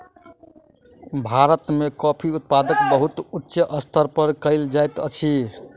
भारत में कॉफ़ी उत्पादन बहुत उच्च स्तर पर कयल जाइत अछि